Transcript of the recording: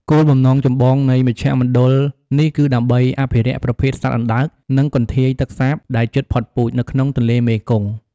គោលបំណងចម្បងនៃមជ្ឈមណ្ឌលនេះគឺដើម្បី អភិរក្សប្រភេទសត្វអណ្ដើក និងកន្ធាយទឹកសាបដែលជិតផុតពូជ នៅក្នុងទន្លេមេគង្គ ។